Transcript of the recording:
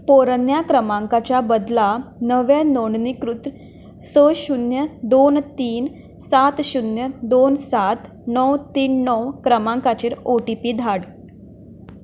पोरन्या क्रमांकाच्या बदला नव्या नोंदणीकृत स शून्य दोन तीन सात शून्य दोन सात णव तीन णव क्रमांकाचेर ओ टी पी धाड